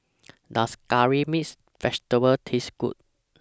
Does Curry Mixed Vegetable Taste Good